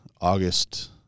August